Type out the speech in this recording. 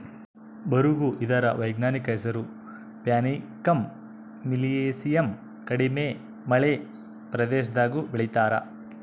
ಬರುಗು ಇದರ ವೈಜ್ಞಾನಿಕ ಹೆಸರು ಪ್ಯಾನಿಕಮ್ ಮಿಲಿಯೇಸಿಯಮ್ ಕಡಿಮೆ ಮಳೆ ಪ್ರದೇಶದಾಗೂ ಬೆಳೀತಾರ